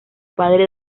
padre